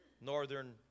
northern